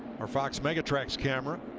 our fox mega tracks camera